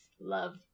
love